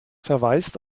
verweist